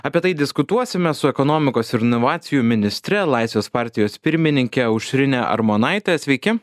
apie tai diskutuosime su ekonomikos ir inovacijų ministre laisvės partijos pirmininke aušrine armonaite sveiki